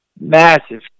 massive